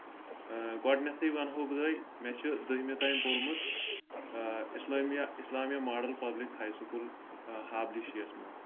گۄڈٕنٮ۪تھٕے ونہو بہٕ تۄہہِ مےٚ چھُ دٔیمہِ تام پوٚرمُت Islamia Islamia model public high school ہابلی شَیَس منٛز